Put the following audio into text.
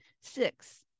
Six